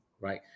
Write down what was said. Right